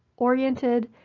oriented,